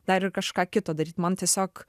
dar ir kažką kito daryt man tiesiog